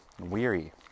weary